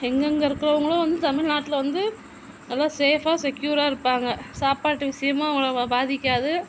எங்கேங்க இருக்கிறவங்களும் வந்து தமிழ்நாட்டில் வந்து எல்லாம் சேஃபாக செக்கியூராக இருப்பாங்க சாப்பாட்டு விசியமாக அவங்கள பாதிக்காது